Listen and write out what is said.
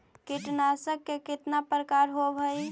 कीटनाशक के कितना प्रकार होव हइ?